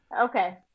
Okay